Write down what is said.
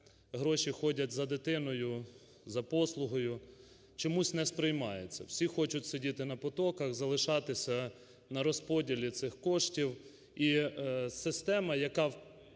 гроші ходять за дитиною, за послугою чомусь не сприймається, всі хочуть сидіти на потоках, залишатися на розподілі цих коштів.